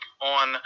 on